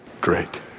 Great